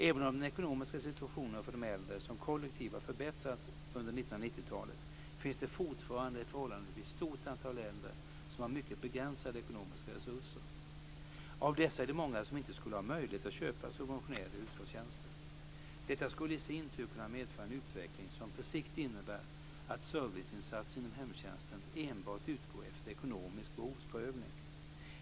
Även om den ekonomiska situationen för de äldre som kollektiv har förbättrats under 1990-talet finns det fortfarande ett förhållandevis stort antal äldre som har mycket begränsade ekonomiska resurser. Av dessa är det många som inte skulle ha möjlighet att köpa subventionerade hushållstjänster. Detta skulle i sin tur kunna medföra en utveckling som på sikt innebär att serviceinsatser inom hemtjänsten enbart utgår efter ekonomisk behovsprövning.